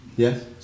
Yes